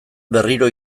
berriro